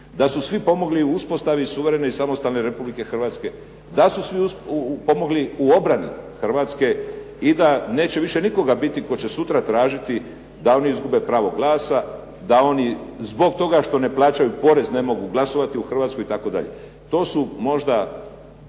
da su svi pomogli u uspostavi suverene i samostalne Republike Hrvatske, da su svi pomogli u obrani Hrvatske i da neće više nikoga biti tko će sutra tražiti da oni izgube pravo glasa, da oni zbog toga što ne plaćaju porez ne mogu glasovati u Hrvatskoj itd. To su možda